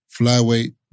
Flyweight